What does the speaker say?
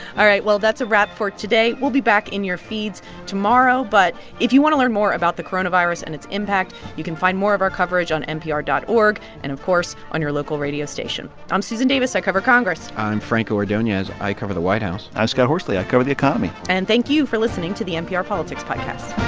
all right. well, that's a wrap for today. we'll be back in your feeds tomorrow. but if you want to learn more about the coronavirus and its impact, you can find more of our coverage on npr dot org and, of course, on your local radio station i'm susan davis. i cover congress i'm franco ordonez. i cover the white house i'm scott horsley. i cover the economy and thank you for listening to the npr politics podcast